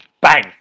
bang